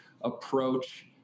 approach